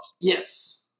Yes